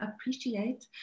appreciate